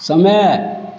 समय